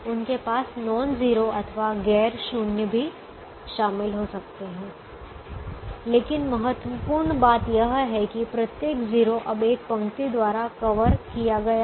उनके पास non zero अथवा गैर शून्य भी शामिल हो सकते हैं लेकिन महत्वपूर्ण बात यह है कि प्रत्येक 0 अब एक पंक्ति द्वारा कवर किया गया है